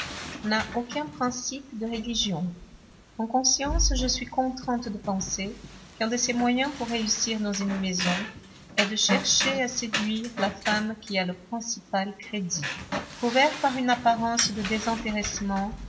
n'a aucun principe de religion en conscience je suis contrainte de penser qu'un de ses moyens pour réussir dans une maison est de chercher à séduire la femme qui a le principal crédit couvert par une apparence de désintéressement